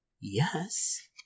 Yes